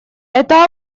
это